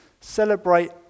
celebrate